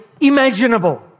imaginable